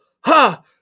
ha